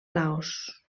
laos